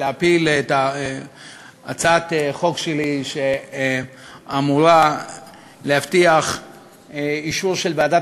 להפיל הצעת חוק שלי שאמורה להבטיח אישור של ועדת